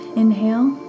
inhale